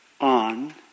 on